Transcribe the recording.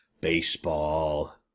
Baseball